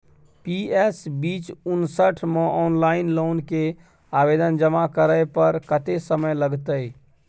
PS बीच उनसठ म ऑनलाइन लोन के आवेदन जमा करै पर कत्ते समय लगतै?